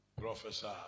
Professor